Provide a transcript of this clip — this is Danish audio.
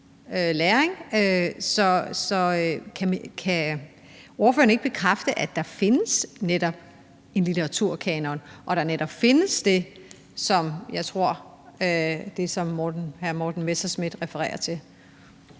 Kan ordføreren ikke bekræfte, at der netop findes en litteraturkanon, og at der netop findes det, som jeg tror hr. Morten Messerschmidt refererer til?